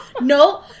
no